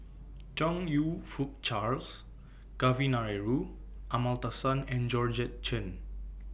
Chong YOU Fook Charles Kavignareru Amallathasan and Georgette Chen